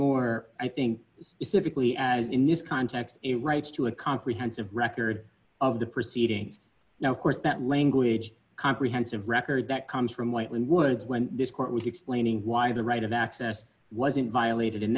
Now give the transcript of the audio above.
more i think specifically as in this context it writes to a comprehensive record of the proceedings now of course that language comprehensive record that comes from whiteman woods when this court was explaining why the right of access wasn't violated in